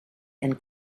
and